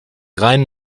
rein